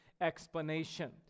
explanation